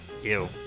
Ew